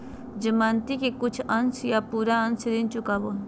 जमानती के कुछ अंश या पूरा अंश ऋण चुकावो हय